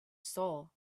soul